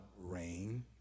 rain